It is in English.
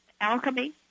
alchemy